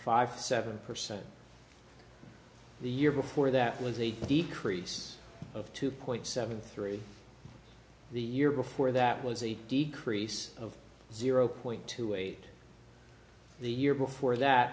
five seven percent the year before that was a decrease of two point seven three the year before that was a decrease of zero point two eight the year before that